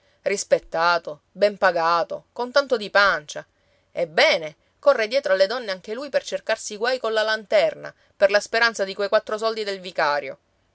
rispettato ben pagato con tanto di pancia ebbene corre dietro alle donne anche lui per cercarsi i guai colla lanterna per la speranza di quei quattro soldi del vicario